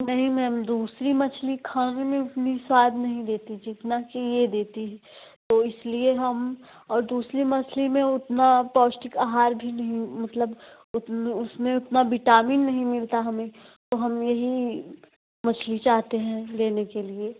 नहीं मैम दूसरी मछली खाने में उतनी स्वाद नहीं देती जितना कि यह देती है तो इसलिए हम और दूसरी मछली में उतना पौष्टिक आहार भी नहीं मतलब उत उसमें उतना बिटामिन नहीं मिलता हमें तो हम यही मछली चाहते हैं लेने के लिए